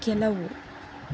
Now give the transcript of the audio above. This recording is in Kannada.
ಕೆಲವು